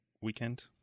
weekend